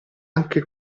anche